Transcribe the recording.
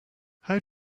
how